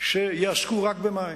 שיעסקו רק במים.